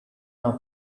our